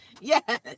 Yes